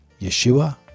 Yeshua